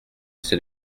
c’est